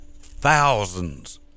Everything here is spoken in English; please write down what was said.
thousands